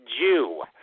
Jew